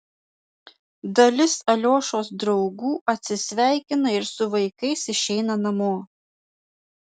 dalis aliošos draugų atsisveikina ir su vaikais išeina namo